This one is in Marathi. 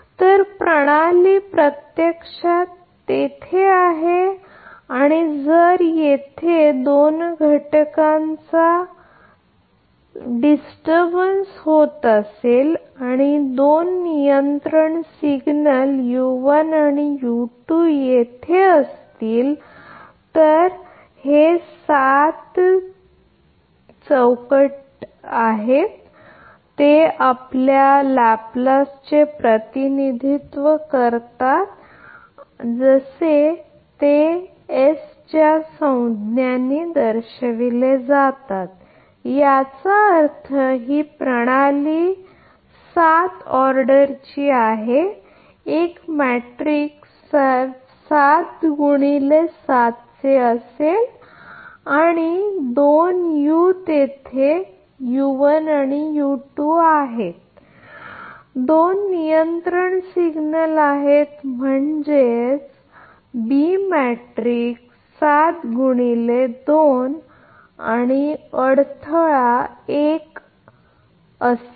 तर प्रणाली प्रत्यक्षात तेथे आहे आणि जर तेथे दोन घटकांचा त्रास होतो आणि तेथे दोन नियंत्रण सिग्नल आहेत आणि तेथे असे 7 खोके आहेत तर ते आपल्या लॅप्लेसचे प्रतिनिधित्व करत असतात असे S च्या संज्ञा ने दर्शवितात याचा अर्थ ही प्रणाली 7 ऑर्डर ची आहे एक मॅट्रिक्स 7 x 7 असेल आणि 2 u तेथे आहेत दोन नियंत्रण सिग्नल आहेत म्हणजेच B मॅट्रिक्स 7 गुणिले 2 आणि अडथळा 1 असेल